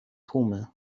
tłumy